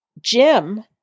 Jim